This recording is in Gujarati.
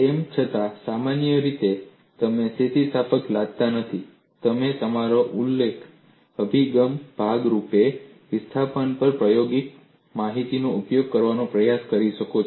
તેમ છતાં સામાન્ય રીતે તમે વિસ્થાપન લાદતા નથી તમે તમારા ઉકેલ અભિગમના ભાગ રૂપે વિસ્થાપન પર પ્રાયોગિક માહિતીનો ઉપયોગ કરવાનો પ્રયાસ કરી શકો છો